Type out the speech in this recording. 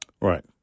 Right